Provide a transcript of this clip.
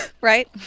Right